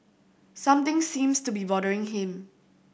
something seems to be bothering him